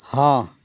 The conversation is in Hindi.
हाँ